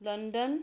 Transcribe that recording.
London